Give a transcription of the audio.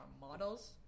models